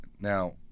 now